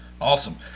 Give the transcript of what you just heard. awesome